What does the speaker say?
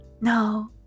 No